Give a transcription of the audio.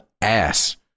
ass